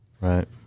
Right